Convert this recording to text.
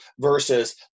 Versus